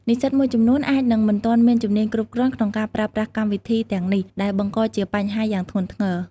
និស្សិតមួយចំនួនអាចនឹងមិនទាន់មានជំនាញគ្រប់គ្រាន់ក្នុងការប្រើប្រាស់កម្មវិធីទាំងនេះ ដែលបង្កជាបញ្ហាយ៉ាងធ្ងន់ធ្ងរ។